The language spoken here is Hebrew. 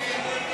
ההצעה